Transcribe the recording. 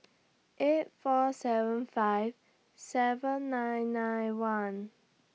eight four seven five seven nine nine one